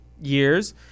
years